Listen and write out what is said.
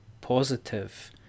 positive